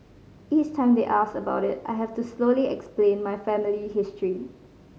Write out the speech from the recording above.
each time they ask about it I have to slowly explain my family history